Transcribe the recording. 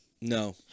No